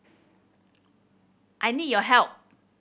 I need your help